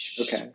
okay